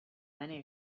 many